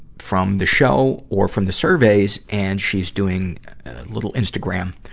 from the show or from the surveys and she's doing little instagram,